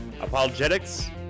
Apologetics